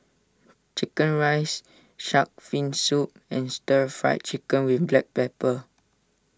Chicken Rice Shark's Fin Soup and Stir Fried Chicken with Black Pepper